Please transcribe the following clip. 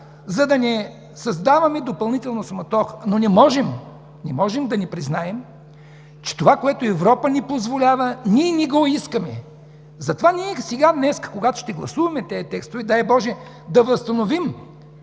за да не създаваме допълнителна суматоха. Но не можем да не признаем, че това, което ни позволява Европа, ние не го искаме. Затова днес, когато ще гласуваме тези текстове, дай Боже да възстановим